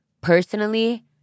personally